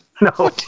No